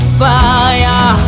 fire